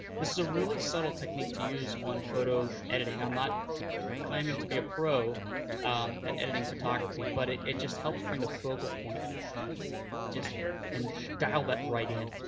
this is a really subtle technique to use on photo editing. i'm not claiming to be a pro at editing photography, but it it just helps bring the focal point and dial that right in,